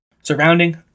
surrounding